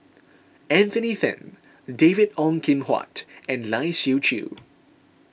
Anthony then David Ong Kim Huat and Lai Siu Chiu